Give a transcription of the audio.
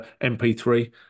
MP3